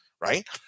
right